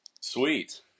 sweet